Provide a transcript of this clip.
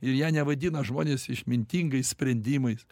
ir ją nevadina žmonės išmintingais sprendimais